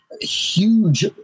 huge